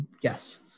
Yes